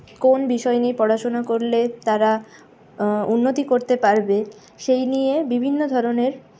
কোন বিষয় নিয়ে পড়াশোনা করলে তারা উন্নতি করতে পারবে সেই নিয়ে বিভিন্ন ধরনের